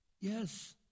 Yes